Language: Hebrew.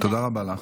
תודה רבה לך.